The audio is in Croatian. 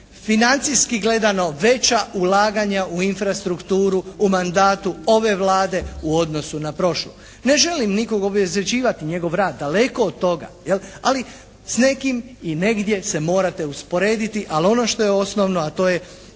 financijski gledano veća ulaganja u infrastrukturu u mandatu ove Vlade u odnosu na prošlu. Ne želim nikoga obezvrjeđivati, njegov rad, daleko od toga. Ali s nekim i negdje se morate usporediti. Ali ono što je osnovno a to je